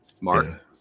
Mark